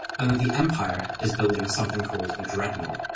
and that the empire is building something called a dreadnought,